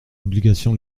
obligation